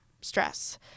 stress